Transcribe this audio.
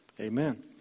amen